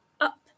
up